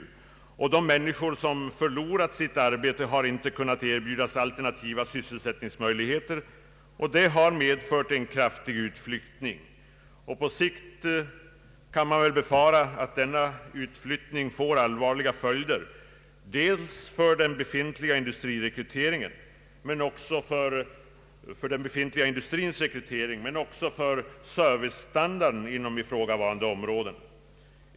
De människor som förlorat sitt arbete har inte kunnat erbjudas alternativa sysseisättningsmöjligheter, och detta har medfört en kraftig utflyttning. Man kan befara att denna utflyttning på sikt får allvarliga följder dels för den befintliga industrins rekrytering, dels för servicestandarden inom ifrågavarande områden.